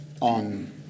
on